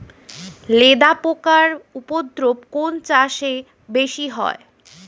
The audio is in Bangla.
লেদা পোকার উপদ্রব কোন চাষে বেশি হয়?